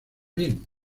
bien